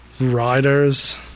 Riders